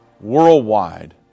worldwide